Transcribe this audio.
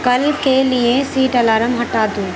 کل کے لیے سیٹ الارم ہٹا دو